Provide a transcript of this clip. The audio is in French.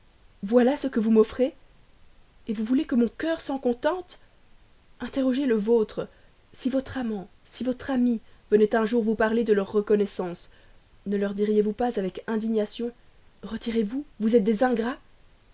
voilà ce que vous m'offrez vous voulez que mon cœur s'en contente interrogez le vôtre si votre amant si votre ami venaient un jour vous parler de leur reconnaissance ne leur diriez-vous pas avec indignation retirez-vous vous êtes des ingrats